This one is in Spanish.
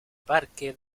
parque